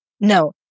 No